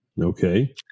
Okay